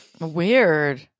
Weird